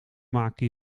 maken